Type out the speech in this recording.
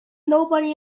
nobody